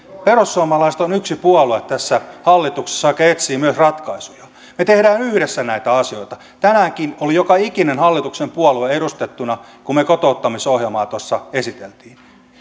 perussuomalaiset on yksi puolue tässä hallituksessa joka etsii myös ratkaisuja me teemme yhdessä näitä asioita tänäänkin oli joka ikinen hallituksen puolue edustettuna kun me kotouttamisohjelmaa tuossa esittelimme